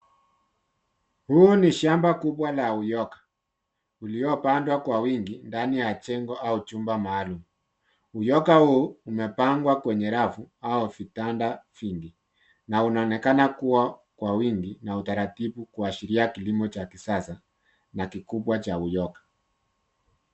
Hii ni shamba kubwa la uyoga uliopandwa kwa wingi ndani ya jengo au chumba maalum. Uyoga huu umepangwa kwenye rafu au vitanda vingi na unaonekana kuwa kwa wingi na utaratibu kuashiria kilimo cha kisasa na kikubwa cha uyoga.